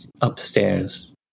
upstairs